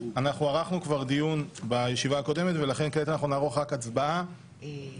נעבור כעת לסעיף הבא שעל סדר-היום: